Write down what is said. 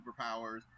superpowers